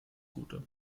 gute